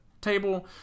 table